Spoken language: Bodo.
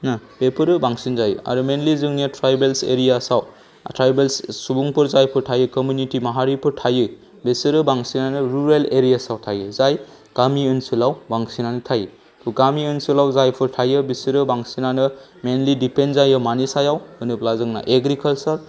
ना बेफोरो बांसिन जायो आरो मेनलि जोंनिया ट्रायबेल्स एरियासआव ट्रायबेल्स सुबुंफोर जायफोर थायो कमिउनिटि माहारिफोर थायो बिसोरो बांसिनानो रुरेल एरियासआव थायो जाय गामि ओनसोलाव बांसिनानो थायो थ' गामि ओनसोलाव जायफोर थायो बिसोरो बांसिनानो मैनलि डिपेन्ड जायो मानि सायाव होनोब्ला जोंना एग्रिकाल्चार